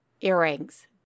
earrings